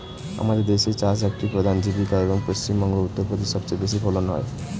আমাদের দেশে চাষ একটি প্রধান জীবিকা, এবং পশ্চিমবঙ্গ ও উত্তরপ্রদেশে সবচেয়ে বেশি ফলন হয়